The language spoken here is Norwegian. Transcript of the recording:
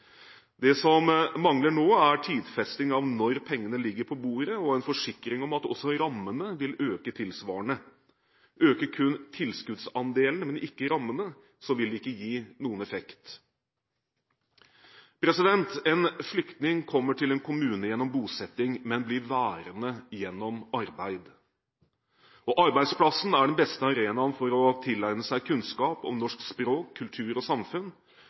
Det som mangler nå, er tidfesting av når pengene vil ligge på bordet, og en forsikring om at også rammene vil øke tilsvarende. Øker kun tilskuddsandelen, men ikke rammene, vil det ikke gi noen effekt. En flyktning kommer til en kommune gjennom bosetting, men blir værende gjennom arbeid. Arbeidsplassen er den beste arenaen for å tilegne seg kunnskap om norsk språk, kultur og samfunn,